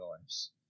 lives